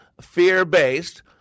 fear-based